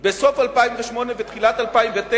בסוף 2008 ותחילת 2009